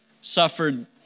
suffered